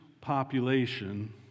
population